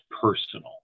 personal